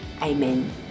amen